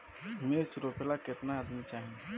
मिर्च रोपेला केतना आदमी चाही?